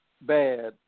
bad